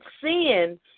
sin